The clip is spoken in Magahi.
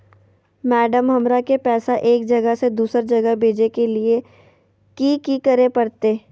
मैडम, हमरा के पैसा एक जगह से दुसर जगह भेजे के लिए की की करे परते?